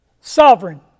Sovereign